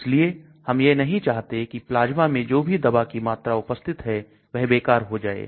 इसलिए हम यह नहीं चाहते कि प्लाज्मा में जो भी दवा की मात्रा उपस्थित है वह बेकार हो जाए